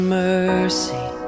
mercy